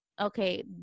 okay